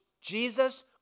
Jesus